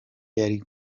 yari